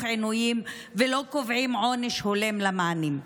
עינויים ולא קובעים עונש הולם למענים.